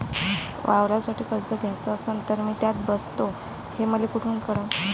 वावरासाठी कर्ज घ्याचं असन तर मी त्यात बसतो हे मले कुठ कळन?